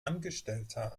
angestellter